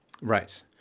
Right